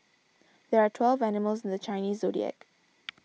there are twelve animals in the Chinese zodiac